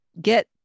get